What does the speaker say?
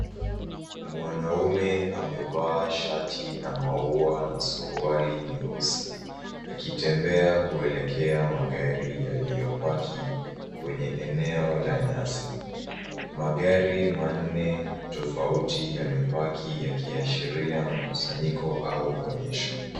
Mwanaume amevaa shati la maua na suruali nyeusi, akitembea kuelekea magari yaliyopaki kwenye eneo la nyasi. Magari manne tofauti yamepaki yakiashiria mkusanyiko au onyesho.